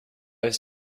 was